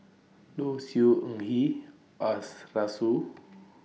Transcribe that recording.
Low Siew Nghee